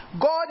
God